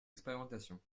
expérimentation